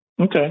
Okay